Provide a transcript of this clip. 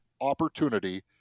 opportunity